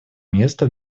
место